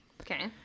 Okay